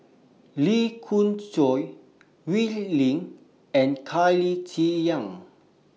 Lee Khoon Choy Wee Lin and Claire Chiang